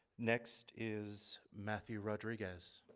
next is matthew rodriguez.